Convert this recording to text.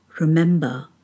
remember